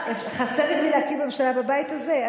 חסר עם מי להקים ממשלה בבית הזה?